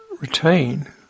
retain